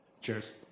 Cheers